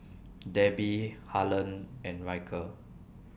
Debbie Harlen and Ryker